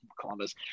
Columbus